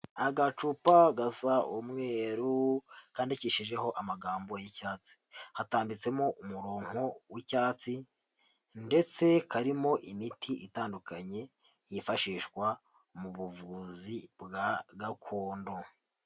Agacupa gasa umweru, kandikishijeho amagambo y'icyatsi, hatambitsemo umuronko w'icyatsi ndetse karimo imiti itandukanye yifashishwa mu buvuzi bwa gakondo.